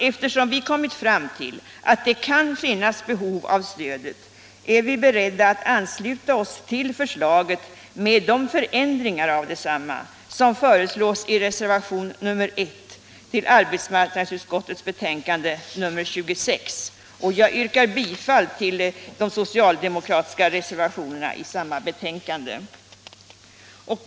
Eftersom vi kommit fram till att det kan finnas behov av stöd är vi beredda att ansluta oss till förslaget med de förändringar av detsamma som föreslås i reservationen 1 till arbetsmarknadsutskottets betänkande 26, och jag yrkar bifall till de socialdemokratiska reservationer som är fogade till detta betänkande.